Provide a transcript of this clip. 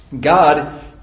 God